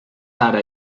ara